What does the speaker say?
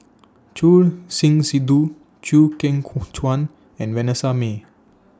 Choor Singh Sidhu Chew Kheng Chuan and Vanessa Mae